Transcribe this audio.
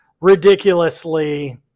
ridiculously